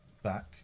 back